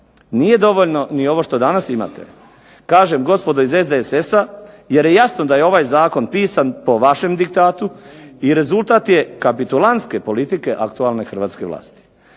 nije dovoljno ni ovo što danas imate. Kažem gospodo iz SDSS-a jer je jasno da je ovaj zakon pisan po vašem diktatu i rezultat je kapitulantske politike aktualne hrvatske vlasti.